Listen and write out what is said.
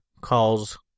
calls